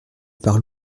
par